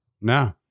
No